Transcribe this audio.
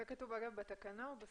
זה כתוב בתקנה או בסעיטף?